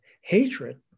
hatred